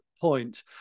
point